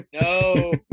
no